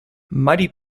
mighty